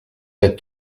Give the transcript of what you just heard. sept